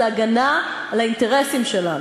זה הגנה על האינטרסים שלנו,